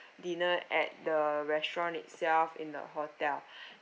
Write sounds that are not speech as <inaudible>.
dinner at the restaurant itself in the hotel <breath>